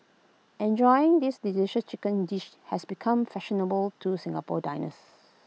enjoying this delicious chicken dish has become fashionable to Singapore diners